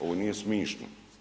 Ovo nije smiješno.